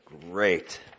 great